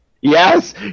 yes